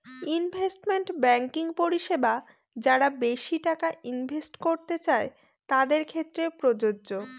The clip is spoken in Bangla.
ইনভেস্টমেন্ট ব্যাঙ্কিং পরিষেবা যারা বেশি টাকা ইনভেস্ট করতে চাই তাদের ক্ষেত্রে প্রযোজ্য